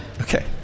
Okay